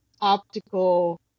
optical